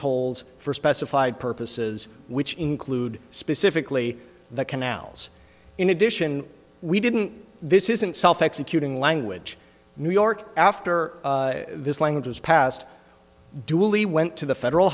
tolls for specified purposes which include specifically the canals in addition we didn't this isn't self executing language new york after this language was passed duly went to the federal